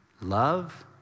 Love